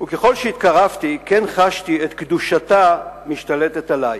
וככל שהתקרבתי כן חשתי את קדושתה משתלטת עלי.